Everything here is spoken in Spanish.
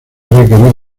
requerido